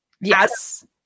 yes